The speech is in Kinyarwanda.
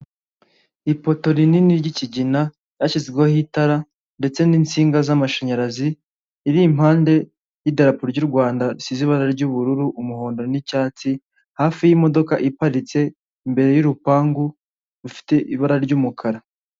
Ipoto rinini ry'ikigina hashyizweho itara ndetse n'insinga z'amashanyarazi riri impande y'idarapu ry'u Rwanda risize ibara ry'ubururu, umuhondo n'icyatsi, hafi y'imodoka iparitse imbere y'urupangu rufite ibara ry'umukara.